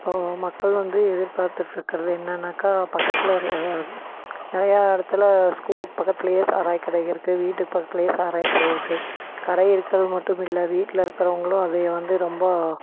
இப்போது மக்கள் வந்து எதிர்பார்த்துகிட்ருக்கறது என்னன்னாக்கா பக்கத்தில் இர் நிறையா இடத்துல ஸ்கூலுக்கு பக்கத்திலையே சாராயக்கடைகள் இருக்குது வீட்டுக்கு பக்கத்திலையே சாராயக்கடை இருக்குது கடை இருக்கிறது மட்டும் இல்லை வீட்டில இருக்கிறவங்களும் அதையே வந்து ரொம்ப